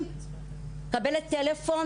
אני מקבלת טלפון